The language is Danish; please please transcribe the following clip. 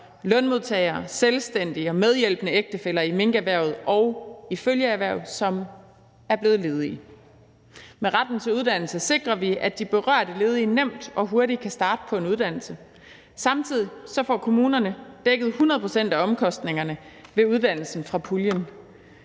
lønmodtagere, selvstændige og medhjælpende ægtefæller i minkerhvervet og i følgeerhverv, som er blevet ledige. Med retten til uddannelse sikrer vi, at de berørte ledige nemt og hurtigt kan starte på en uddannelse, og samtidig får kommunerne dækket 100 pct. af omkostningerne ved uddannelsen fra puljen.